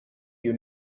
you